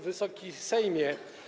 Wysoki Sejmie!